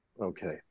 Okay